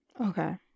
Okay